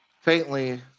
Faintly